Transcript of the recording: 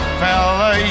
fella